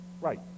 Right